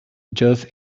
just